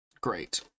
Great